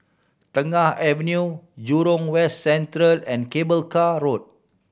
Tengah Avenue Jurong West Central and Cable Car Road